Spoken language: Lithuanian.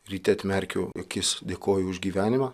ryte atmerkiu akis dėkoju už gyvenimą